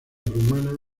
rumana